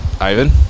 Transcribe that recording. Ivan